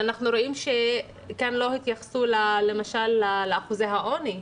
ואנחנו רואים שכאן לא התייחסו למשל לאחוזי העוני,